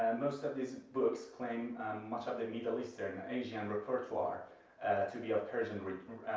most of these books claim much of the middle eastern asian repertoire to be of persian origin.